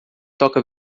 toca